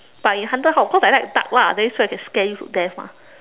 but in haunted house of course I like dark lah that means so I can scare you to death mah